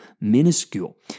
minuscule